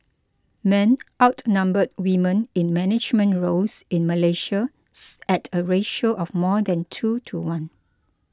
men outnumber women in management roles in Malaysia's at a ratio of more than two to one